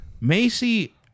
Macy